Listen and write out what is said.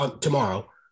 tomorrow